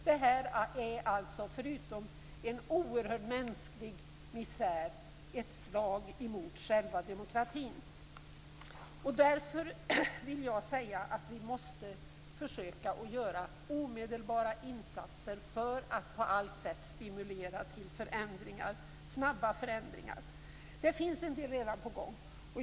Det här är alltså, förutom en oerhörd mänsklig misär, ett slag mot själva demokratin. Därför vill jag säga att vi måste försöka att göra omedelbara insatser för att på allt sätt stimulera till snabba förändringar. En del är redan på gång.